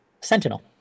sentinel